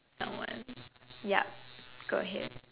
not one yup go ahead